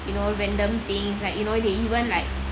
you know random things like you know they even like